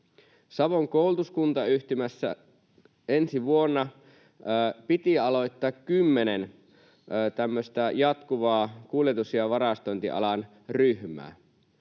Savon koulutuskuntayhtymässä ensi vuonna piti aloittaa kymmenen jatkuvaa kuljetus- ja varastointialan ryhmää,